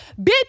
Bitch